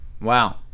wow